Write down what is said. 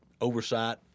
oversight